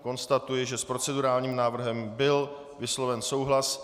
Konstatuji, že s procedurálním návrhem byl vysloven souhlas.